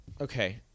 Okay